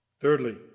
Thirdly